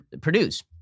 produce